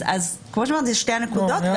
כמו שאמרתי, אלה שתי נקודות.